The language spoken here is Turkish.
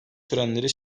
törenleri